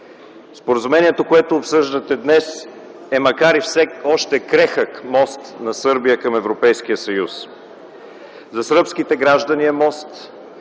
Споразумението, което обсъждате днес, е макар и все още крехък мост на Сърбия към Европейския съюз, за сръбските граждани е мост